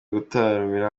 gutaramira